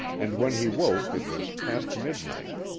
and when he woke it was past midnight.